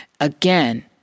Again